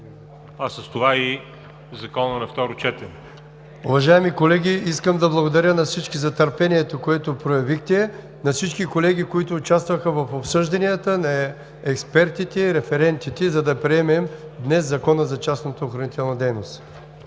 а с това и Законът на второ четене. ДОКЛАДЧИК ПЛАМЕН НУНЕВ: Уважаеми колеги, искам да благодаря на всички за търпението, което проявихте, на всички колеги, които участваха в обсъжданията, на експертите, референтите, за да приемем днес Закона за частната охранителна дейност.